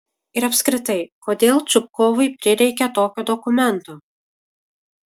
ir apskritai kodėl čupkovui prireikė tokio dokumento